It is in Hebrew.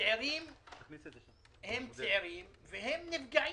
צעירים הם צעירים והם נפגעים.